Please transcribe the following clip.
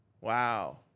Wow